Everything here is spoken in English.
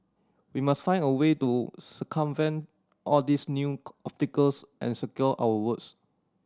we must find a way to circumvent all these new obstacles and secure our votes